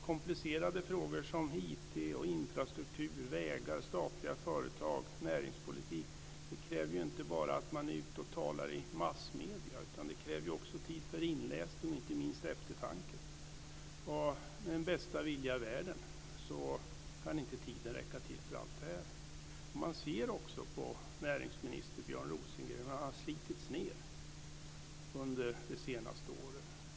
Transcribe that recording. Komplicerade frågor som IT, infrastruktur, vägar, statliga företag och näringspolitik kräver ju inte bara att man är ute och talar i massmedierna. Det kräver ju också tid för inläsning och inte minst eftertanke. Med den bästa vilja i världen kan inte tiden räcka till för allt detta. Man ser också på näringsminister Björn Rosengren hur han har slitits ned under de senaste åren.